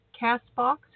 Castbox